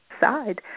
side